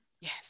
Yes